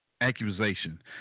accusation